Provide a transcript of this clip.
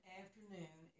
afternoon